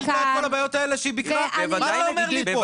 מה אתה אומר פה?